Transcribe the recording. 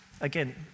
Again